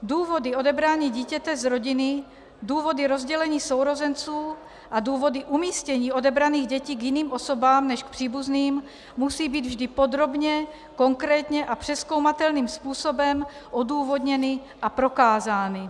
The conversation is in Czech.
Důvody odebrání dítěte z rodiny, důvody rozdělení sourozenců a důvody umístění odebraných dětí k jiným osobám než k příbuzným musí být vždy podrobně, konkrétně a přezkoumatelným způsobem odůvodněny a prokázány.